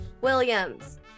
Williams